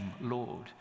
Lord